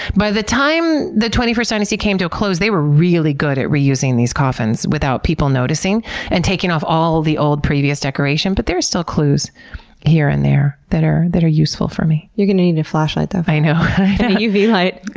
by the time the twenty-first dynasty came to a close, they were really good at reusing these coffins without people noticing and taking off all the old previous decoration. but there's still clues here and there that are that are useful for me. you're going to need a new flashlight though. i know. with a uv light. yeah,